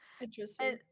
Interesting